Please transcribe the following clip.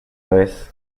vez